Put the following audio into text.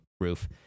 roof